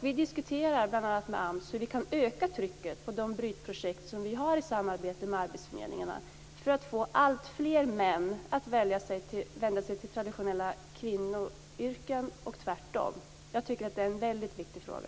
Vi diskuterar bl.a. med AMS om hur vi kan öka trycket på de brytprojekt som genomförs tillsammans med arbetsförmedlingarna, för att få alltfler män att söka sig till traditionella kvinnoyrken och tvärtom. Jag tycker att det är en väldigt viktig fråga.